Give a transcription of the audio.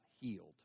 healed